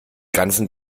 ganzen